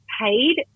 paid